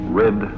red